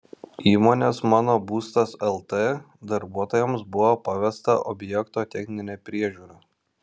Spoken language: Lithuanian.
įmonės mano būstas lt darbuotojams buvo pavesta objekto techninė priežiūra